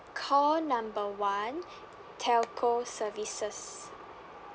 call number one telco services